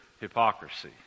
hypocrisy